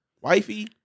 Wifey